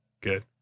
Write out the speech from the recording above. Good